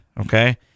Okay